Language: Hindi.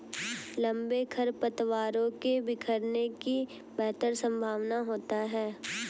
लंबे खरपतवारों के बिखरने की बेहतर संभावना होती है